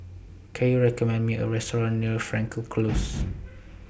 Can YOU recommend Me A Restaurant near Frankel Close